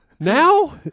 Now